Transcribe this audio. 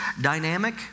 dynamic